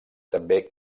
també